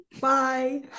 Bye